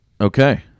Okay